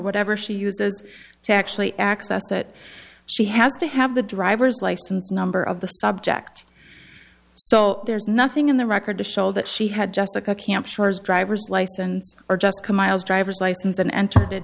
whatever she uses to actually access it she has to have the driver's license number of the subject so there's nothing in the record to show that she had just a camp chores driver's license or just compiles driver's license and entered